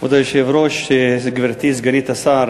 כבוד היושב-ראש, גברתי סגנית השר,